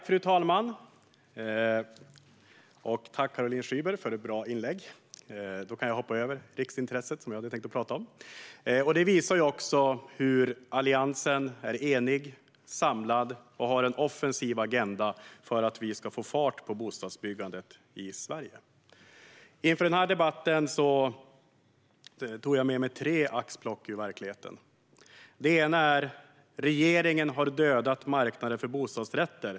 Fru talman! Jag tackar Caroline Szyber för ett bra inlägg. Då kan jag hoppa över riksintressena, som jag hade tänkt prata om. Detta visar också hur Alliansen är enig och samlad och har en offensiv agenda för att få fart på bostadsbyggandet i Sverige. Inför den här debatten tog jag med mig tre axplock ur verkligheten. Det ena är: Regeringen har dödat marknaden för bostadsrätter.